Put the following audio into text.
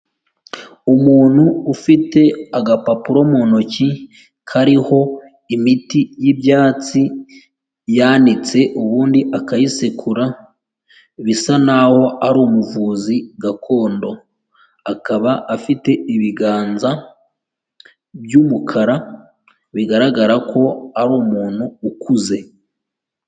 Umuntu ufite agapapuro mu ntoki kariho imiti y'ibyatsi yanitse ubundi akayisekura, bisa naho ari umuvuzi gakondo akaba afite ibiganza by'umukara bigaragara ko ari umuntu ukuze.